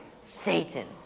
Satan